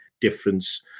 difference